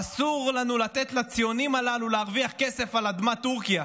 אסור לנו לתת לציונים הללו להרוויח כסף על אדמת טורקיה.